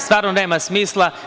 Stvarno nema smisla.